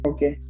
Okay